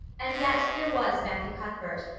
and yet here was matthew cuthbert,